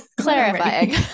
clarifying